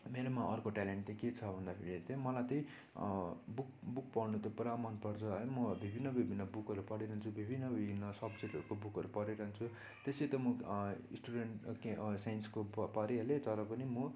मेरोमा अर्को ट्यालेन्ट त्यही के भन्दाखेरि त्यही मलाई त्यही बुक बुक पढ्नु त पूरा मन पर्छ है म विभिन्न विभिन्न बुकहरू पढिरहन्छु विभिन्न विभिन्न सब्जेक्टहरूको बुकहरू पढिरहन्छु त्यसै त म स्टुडेन्ट के साइन्सको प परिहाले तर पनि म